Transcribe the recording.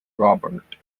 robert